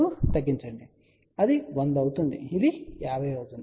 కాబట్టి అది 100 అవుతుంది మరియు ఇది 50 అవుతుంది